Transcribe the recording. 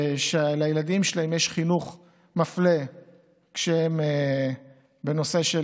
שלילדים שלהם יש חינוך מפלה בנושא של